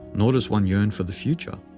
nor does one yearn for the future.